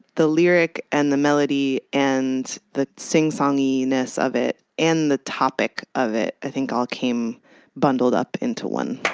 the lyric and the melody and the sing-songiness of it, and the topic of it, i think all came bundled up into one